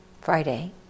Friday